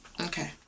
Okay